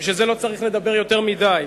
בשביל זה לא צריך לדבר יותר מדי,